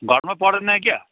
घरमा पढ्दैन कि क्या